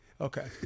Okay